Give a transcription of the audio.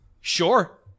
Sure